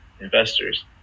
investors